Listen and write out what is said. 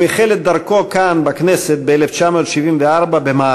הוא החל את דרכו כאן בכנסת ב-1974 בסיעת המערך,